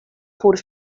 por